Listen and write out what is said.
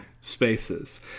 spaces